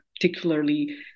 particularly